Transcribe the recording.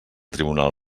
tribunal